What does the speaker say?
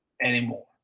anymore